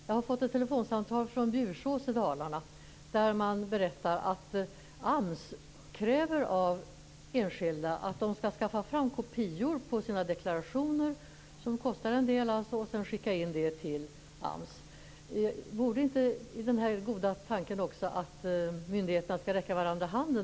Jag har fått ett telefonsamtal från Bjursås i Dalarna där man berättade att AMS kräver av enskilda att de skall skaffa fram kopior av sina deklarationer, vilket kostar en del, och sedan skicka in dem till AMS. Vore det inte en god tanke att myndigheterna räckte varandra handen?